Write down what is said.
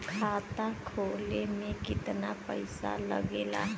खाता खोले में कितना पईसा लगेला?